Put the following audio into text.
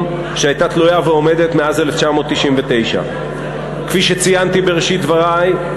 שהייתה תלויה ועומדת מאז 1999. כפי שציינתי בראשית דברי,